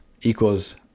equals